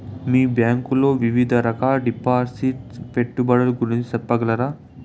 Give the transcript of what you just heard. మీ bank లో వివిధ రకాల డిపాసిట్స్, పెట్టుబడుల గురించి సెప్పగలరా?